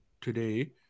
today